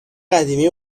قدیمی